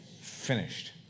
Finished